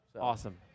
Awesome